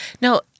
No